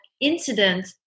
incident